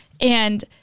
and-